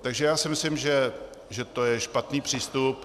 Takže já si myslím, že to je špatný přístup.